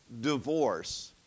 Divorce